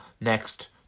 next